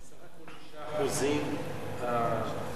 לא,